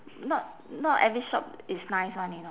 not not every shop is nice [one] you know